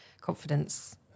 confidence